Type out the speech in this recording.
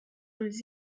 ulls